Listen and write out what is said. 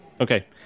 Okay